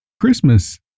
Christmas